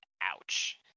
ouch